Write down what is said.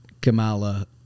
Kamala